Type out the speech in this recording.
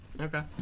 Okay